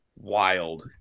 wild